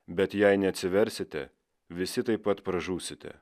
bet jei neatsiversite visi taip pat pražūsite